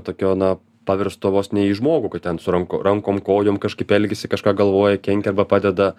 tokio na paversto vos ne į žmogų kad ten su ran rankom kojom kažkaip elgiasi kažką galvoja kenkia arba padeda